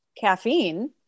caffeine